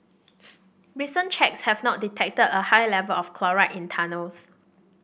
recent checks have not detected a high level of chloride in tunnels